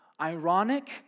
ironic